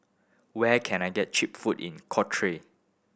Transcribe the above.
where can I get cheap food in